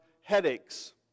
headaches